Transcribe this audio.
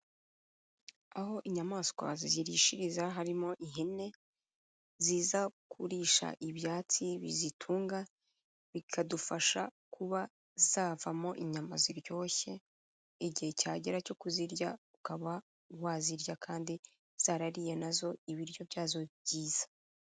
Aho inyamaswa zirishiriza harimo ihene, ziza kurisha ibyatsi bizitunga, bikadufasha kuba zavamo inyama ziryoshye, igihe cyagera cyo kuzirya ukaba wazirya kandi zarariye nazo ibiryo byazo byiza.